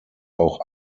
auch